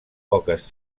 poques